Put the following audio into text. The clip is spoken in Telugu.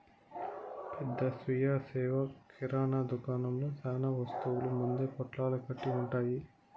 పెద్ద స్వీయ సేవ కిరణా దుకాణంలో చానా వస్తువులు ముందే పొట్లాలు కట్టి ఉంటాయి